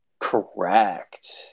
correct